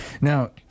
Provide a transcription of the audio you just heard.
now